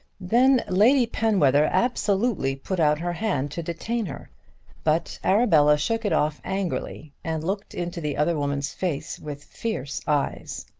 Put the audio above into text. then lady penwether absolutely put out her hand to detain her but arabella shook it off angrily and looked into the other woman's face with fierce eyes.